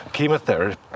Chemotherapy